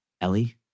Ellie